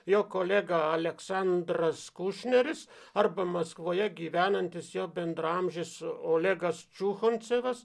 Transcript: jo kolega aleksandras kušneris arba maskvoje gyvenantis jo bendraamžis olegas čiuchoncevas